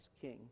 king